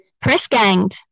press-ganged